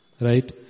Right